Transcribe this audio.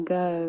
go